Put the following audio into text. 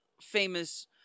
famous